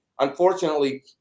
Unfortunately